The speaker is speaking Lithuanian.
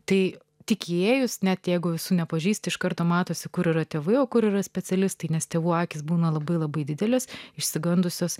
tai tik įėjus net jeigu jūsų nepažįsti iš karto matosi kur yra tėvai o kur yra specialistai nes tėvų akys būna labai labai didelės išsigandusios